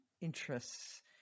interests